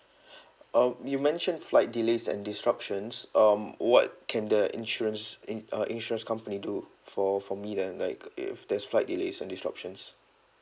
uh you mention flight delays and disruptions um what can the insurance in uh insurance company do for for me then like if there's flight delays and disruptions